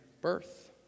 birth